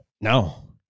No